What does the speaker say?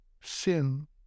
sin